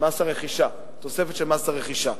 תוספת של מס הרכישה.